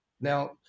Now